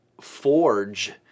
forge